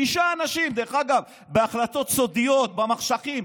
תשעה אנשים, דרך אגב, בהחלטות סודיות, במחשכים.